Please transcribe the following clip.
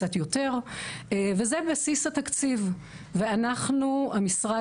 קצת יותר וזה בסיס התקציב ואנחנו המשרד